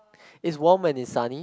is warm and is sunny